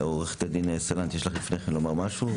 עורכת הדין סלנט, יש לך משהו לומר לפני כן?